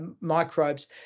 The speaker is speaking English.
microbes